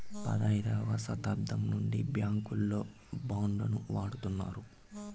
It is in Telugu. పదైదవ శతాబ్దం నుండి బ్యాంకుల్లో బాండ్ ను వాడుతున్నారు